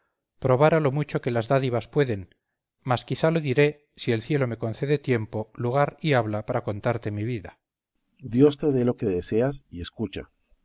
ejemplos probara lo mucho que las dádivas pueden mas quizá lo diré si el cielo me concede tiempo lugar y habla para contarte mi vida berganza dios te dé lo que deseas y escucha